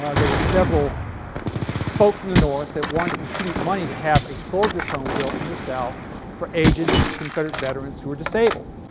ah there were several folks in the north that wanted to contribute money to have a soldier's home built in the south for aged confederate veterans who were disabled.